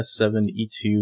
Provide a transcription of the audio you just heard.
S7E2